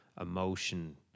emotion